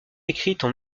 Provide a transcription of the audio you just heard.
écrites